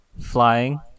flying